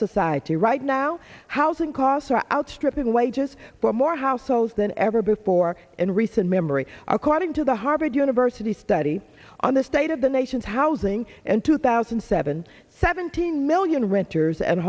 society right now housing costs are outstripping wages for more households than ever before in recent memory according to the harvard university study on the state of the nation's housing in two thousand and seven seventeen million renters and